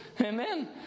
Amen